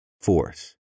force